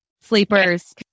sleepers